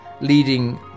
leading